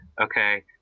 okay